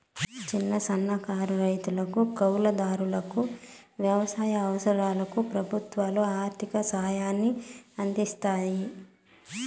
చిన్న, సన్నకారు రైతులు, కౌలు దారులకు వ్యవసాయ అవసరాలకు ప్రభుత్వాలు ఆర్ధిక సాయాన్ని అందిస్తాయి